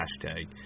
hashtag